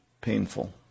painful